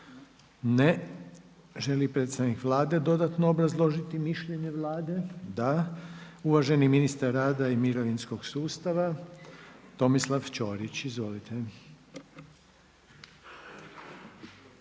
Ne. Želi li predstavnik Vlade dodatno obrazložiti mišljenje Vlade? Uvaženi ministar rada i mirovinskog sustava Tomislav Ćorić. Izvolite.